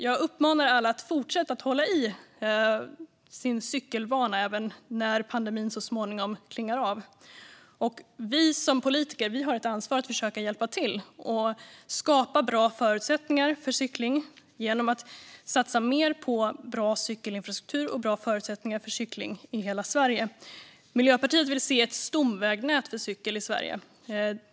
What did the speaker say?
Jag uppmanar alla att fortsätta hålla i sin cykelvana även när pandemin så småningom klingar av. Vi som politiker har ett ansvar att försöka hjälpa till att skapa bra förutsättningar för cykling genom att satsa mer på bra cykelinfrastruktur och bra förutsättningar för cykling i hela Sverige. Miljöpartiet vill se ett stomvägnät för cykel i Sverige.